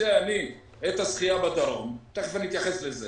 רוצה אני את הזכייה בדרום ותכף אני אתייחס לזה